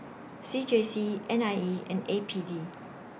C J C N I E and A P D